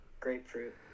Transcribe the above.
Grapefruit